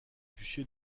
duché